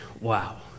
wow